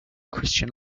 christian